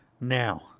now